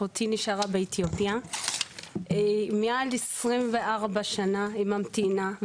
נשארה באתיופיה, מעל 24 שנה היא ממתינה.